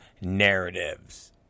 narratives